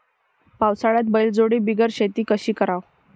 पावसाळ्यात बैलजोडी बिगर शेती कशी कराव?